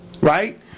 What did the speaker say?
right